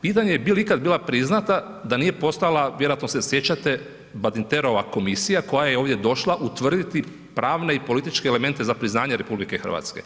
Pitanje je bi li ikad bila priznata da nije postojala, vjerojatno se sjećate, Badinterova komisija koja je ovdje došla utvrditi pravne i političke elemente za priznanje RH.